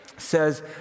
says